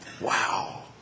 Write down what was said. Wow